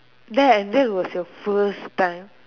that at then was your first time